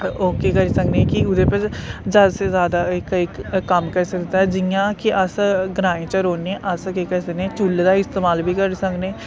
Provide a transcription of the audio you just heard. ओह् केह् करी सकने की ओह्दे पर ज्यादा से ज्यादा इक कम्म करी सकदा जियां कि अस ग्राएं च रौहन्नें अस केह् करी सकने आं चुल्ल दा इस्तेमाल बी करी सकने